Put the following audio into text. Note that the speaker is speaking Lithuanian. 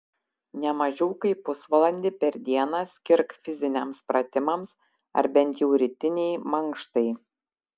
ne mažiau kaip pusvalandį per dieną skirk fiziniams pratimams ar bent jau rytinei mankštai